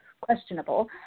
questionable